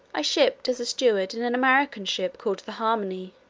i shipped as a steward in an american ship called the harmony,